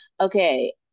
okay